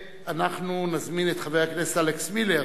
אנחנו נזמין את חבר הכנסת אלכס מילר